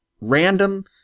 Random